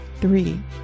Three